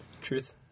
Truth